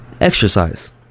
exercise